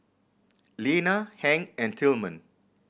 Lena Hank and Tilman